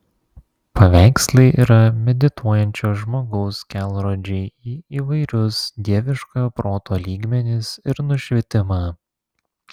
paveikslai yra medituojančio žmogaus kelrodžiai į įvairius dieviškojo proto lygmenis ir nušvitimą